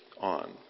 on